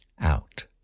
out